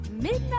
Midnight